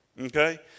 Okay